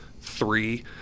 three